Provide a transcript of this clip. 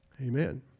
Amen